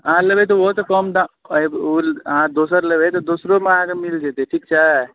अहाँ लेबै तऽ ओहोसँ कम दाम अहाँ दोसर लेबै तऽ दोसरोमे अहाँके मिल जेतै ठीक छै